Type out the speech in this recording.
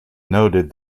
noted